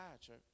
church